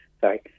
Sorry